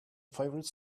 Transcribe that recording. favorite